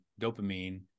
dopamine